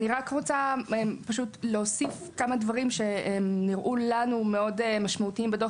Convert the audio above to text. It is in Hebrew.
אני רוצה להוסיף כמה דברים שנראו לנו משמעותיים מאוד בדוח